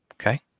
okay